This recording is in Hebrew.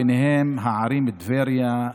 ביניהן הערים: טבריה,